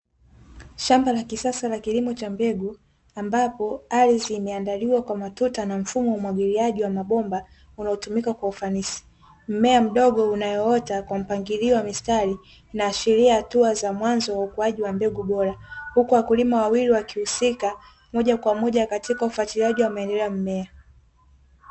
Shamba la kisasa la kilimo cha mbegu, ambapo ardhi imeandaliwa kwa matuta na mfumo wa umwagiliaji wa mabomba unaotumika kwa ufanisi, mmea mdogo unaoota kwa mpangilio wa mstari, inaashiria hatua za mwanzo za ukuaji wa mbegu bora, huku wakulima wawili wakihusika moja kwa moja katika ufatiliaji wa maendeleo ya mmea.